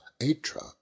atra